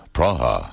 Praha